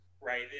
right